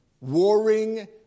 warring